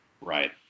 Right